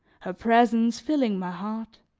her presence filling my heart.